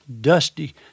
dusty